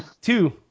Two-